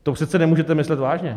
To přece nemůžete myslet vážně!